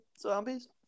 zombies